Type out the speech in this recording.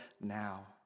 now